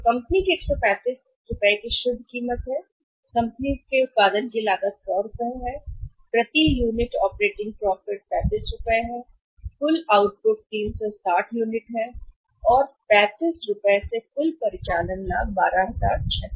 तो कंपनी की 135 की शुद्ध कीमत कंपनी के उत्पादन की लागत जो हम ग्रहण की गई थी 100 तो प्रति unit operating profit 35 operating profit है कुल आउटपुट 360 पर 35 है 12600